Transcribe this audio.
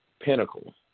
pinnacle